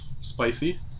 Spicy